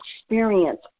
experience